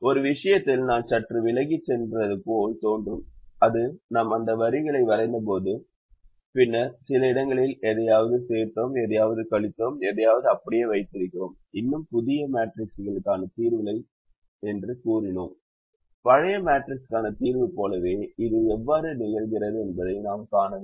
ஒரு விஷயத்தில் நான் சற்று விலகி சென்றது போல் தோன்றும் அது நாம் அந்த வரிகளை வரைந்தபோது பின்னர் சில இடங்களில் எதையாவது சேர்த்தோம் எதையாவது கழித்தோம் எதையாவது அப்படியே வைத்திருக்கிறோம் இன்னும் புதிய மேட்ரிக்ஸிற்கான தீர்வு என்று கூறினோம் பழைய மேட்ரிக்ஸிற்கான தீர்வு போலவே அது எவ்வாறு நிகழ்கிறது என்பதை நாம் காண வேண்டும்